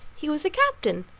he was a captain!